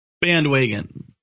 Bandwagon